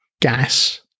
gas